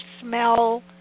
smell